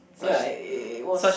ya it it it was